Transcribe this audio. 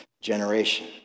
Generation